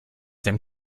dem